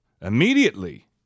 immediately